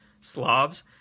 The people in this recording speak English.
Slavs